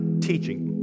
teaching